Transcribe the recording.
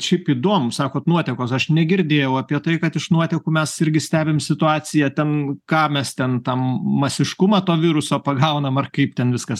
šiaip įdomu sakot nuotekos aš negirdėjau apie tai kad iš nuotekų mes irgi stebim situaciją ten ką mes ten tam masiškumą to viruso pagaunam ar kaip ten viskas